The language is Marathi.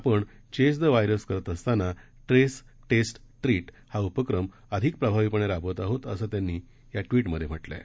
आपण चेस द व्हायरस करत असताना ट्रेस टेस्ट ट्रीट हा उपक्रम अधिक प्रभावीपणे राबवत आहोत असं त्यांनी या ट्वीटमधे म्हटलंय